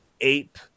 ape